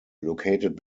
located